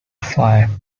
five